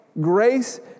Grace